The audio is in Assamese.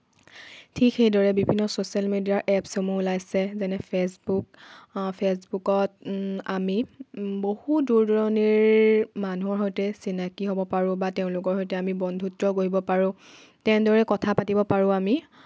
ঠিক সেইদৰে বিভিন্ন ছচিয়েল মিডিয়াৰ এপছসমূহ ওলাইছে যেনে ফেছবুক ফেছবুকত আমি বহুত দূৰ দূৰণিৰ মানুহৰ সৈতে চিনাকি হ'ব পাৰোঁ বা তেওঁলোকৰ সৈতে আমি বন্ধুত্ব কৰিব পাৰোঁ তেনেদৰে কথা পাতিব পাৰোঁ আমি